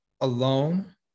alone